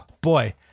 boy